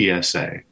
PSA